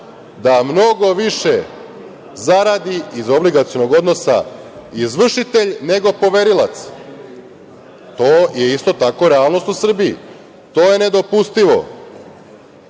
da mnogo biše zaradi iz obligacionog odnosa izvršitelj, nego poverilac. To je isto tako realnost u Srbiji. To je nedopustivo. Poverioce,